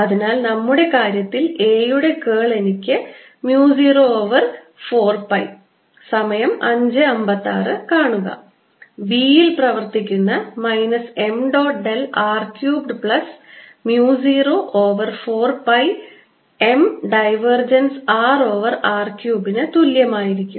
അതിനാൽ നമ്മുടെ കാര്യത്തിൽ A യുടെ curl എനിക്ക് mu 0 ഓവർ 4 പൈ സമയം 0556 കാണുക B യിൽ പ്രവർത്തിക്കുന്ന minus m dot del r cubed plus mu 0 over 4 pi m divergence r over r ക്യൂബിന് തുല്യമായിരിക്കും